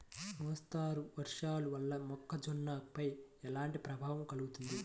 మోస్తరు వర్షాలు వల్ల మొక్కజొన్నపై ఎలాంటి ప్రభావం కలుగుతుంది?